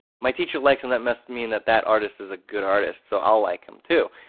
my teacher likes and that must mean that that artist is a good artist, so i'll like him too'.